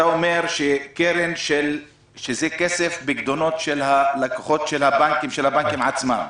אתה אומר שהקרן היא כסף של פיקדונות של לקוחות של הבנקים עצמם.